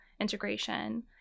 integration